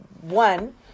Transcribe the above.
one